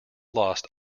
lost